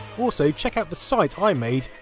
also, check out the site i made,